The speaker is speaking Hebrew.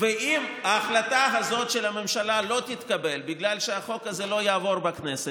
ואם ההחלטה הזאת של הממשלה לא תתקבל בגלל שהחוק הזה לא יעבור בכנסת,